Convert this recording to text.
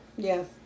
Yes